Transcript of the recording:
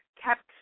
kept